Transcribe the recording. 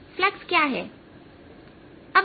flux क्या है